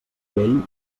vell